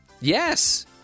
Yes